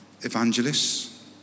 Evangelists